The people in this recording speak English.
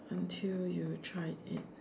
until you tried it